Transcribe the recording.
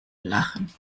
lachen